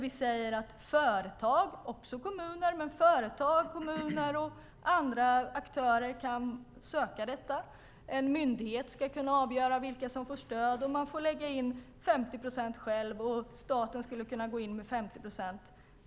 Vi säger att företag, kommuner och andra aktörer kan söka detta. En myndighet ska kunna avgöra vilka som får stöd. Man får lägga in 50 procent själv, och staten skulle kunna gå in med 50 procent.